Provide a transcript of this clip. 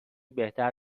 بهتر